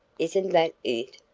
isn't that it?